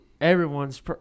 everyone's